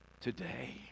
today